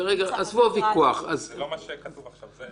מה שכתוב עכשיו.